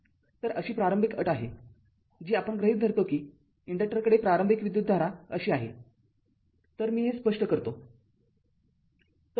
तर अशी प्रारंभिक अट आहे जी आपण गृहित धरतो कि इंडक्टक्टरकडे प्रारंभिक विद्युतधारा अशी आहेतर मी हे स्पष्ट करतो